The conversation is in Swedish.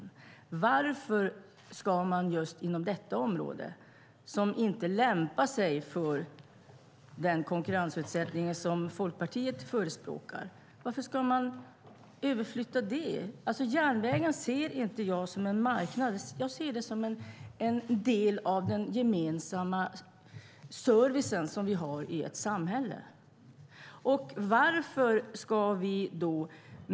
Varför ska man just inom detta område, som inte lämpar sig för den konkurrensutsättning som Folkpartiet förespråkar, överflytta besluten? Jag ser inte järnvägen som en marknad. Jag ser den som en del av den gemensamma servicen i ett samhälle.